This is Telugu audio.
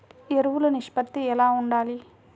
ఎరువులు నిష్పత్తి ఎలా ఉండాలి?